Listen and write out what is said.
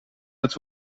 dat